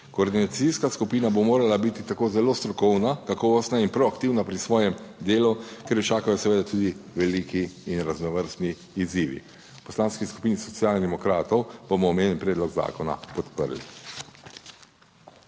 Koordinacijska skupina bo morala biti tako zelo strokovna, kakovostna in proaktivna pri svojem delu, ker jo čakajo seveda tudi veliki in raznovrstni izzivi. V Poslanski skupini Socialnih demokratov bomo omenjeni predlog zakona podprli.